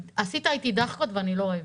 עשית איתי דאחקות ואני לא אוהבת,